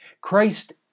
Christ